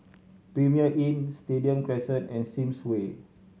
Premier Inn Stadium Crescent and Sims Way